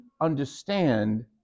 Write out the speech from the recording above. understand